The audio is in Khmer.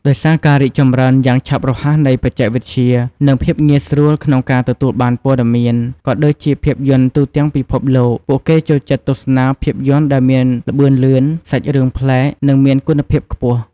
ដោយសារការរីកចម្រើនយ៉ាងឆាប់រហ័សនៃបច្ចេកវិទ្យា និងភាពងាយស្រួលក្នុងការទទួលបានព័ត៌មាន ក៏ដូចជាភាពយន្តទូទាំងពិភពលោក ពួកគេចូលចិត្តទស្សនាភាពយន្តដែលមានល្បឿនលឿន សាច់រឿងប្លែក និងមានគុណភាពខ្ពស់។